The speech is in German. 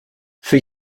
für